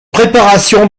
préparation